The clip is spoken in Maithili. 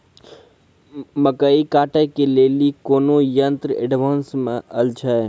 मकई कांटे ले ली कोनो यंत्र एडवांस मे अल छ?